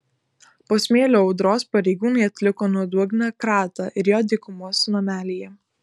po smėlio audros pareigūnai atliko nuodugnią kratą ir jo dykumos namelyje